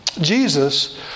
Jesus